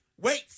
wait